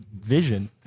Vision